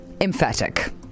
Emphatic